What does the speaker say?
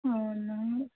అవునా